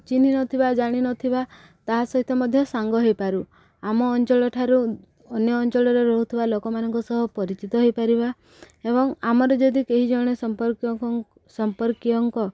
ଚିହ୍ନି ନଥିବା ଜାଣିନଥିବା ତା' ସହିତ ମଧ୍ୟ ସାଙ୍ଗ ହେଇପାରୁ ଆମ ଅଞ୍ଚଳଠାରୁ ଅନ୍ୟ ଅଞ୍ଚଳରେ ରହୁଥିବା ଲୋକମାନଙ୍କ ସହ ପରିଚିତ ହେଇପାରିବା ଏବଂ ଆମର ଯଦି କେହି ଜଣେ ସମ୍ପର୍କ ସମ୍ପର୍କୀୟଙ୍କ